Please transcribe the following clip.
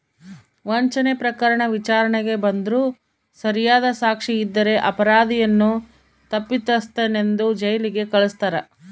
ವಂಚನೆ ಪ್ರಕರಣ ವಿಚಾರಣೆಗೆ ಬಂದ್ರೂ ಸರಿಯಾದ ಸಾಕ್ಷಿ ಇದ್ದರೆ ಅಪರಾಧಿಯನ್ನು ತಪ್ಪಿತಸ್ಥನೆಂದು ಜೈಲಿಗೆ ಕಳಸ್ತಾರ